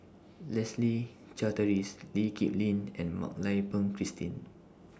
Leslie Charteris Lee Kip Lin and Mak Lai Peng Christine